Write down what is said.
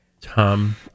Tom